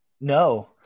No